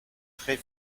très